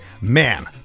man